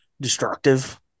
destructive